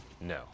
No